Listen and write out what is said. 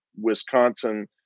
Wisconsin